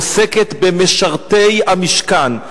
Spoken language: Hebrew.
עוסקת במשרתי המשכן,